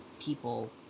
people